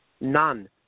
None